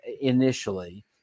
initially